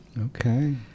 Okay